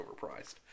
overpriced